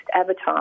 avatar